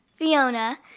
Fiona